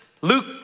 Luke